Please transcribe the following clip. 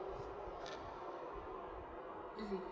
mmhmm